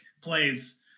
plays